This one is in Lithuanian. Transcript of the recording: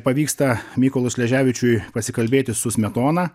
pavyksta mykolui sleževičiui pasikalbėti su smetona